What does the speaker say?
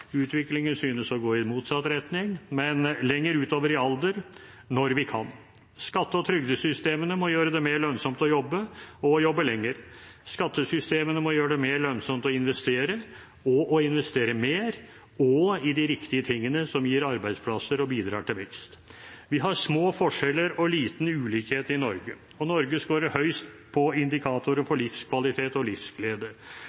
utviklingen synes å gå i motsatt retning – men lenger utover i alder, når vi kan. Skatte- og trygdesystemene må gjøre det mer lønnsomt å jobbe og å jobbe lenger. Skattesystemene må gjøre det mer lønnsomt å investere, investere mer og i de riktige tingene som gir arbeidsplasser og bidrar til vekst. Vi har små forskjeller og liten ulikhet i Norge. Norge skårer høyest på indikatorer